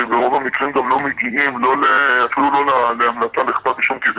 שרוב המקרים לא מגיעים אפילו לא להמלצה של כתב אישום,